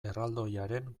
erraldoiaren